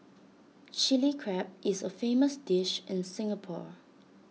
Chilli Crab is A famous dish in Singapore